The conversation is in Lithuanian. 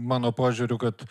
mano požiūriu kad